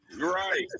Right